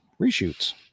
Reshoots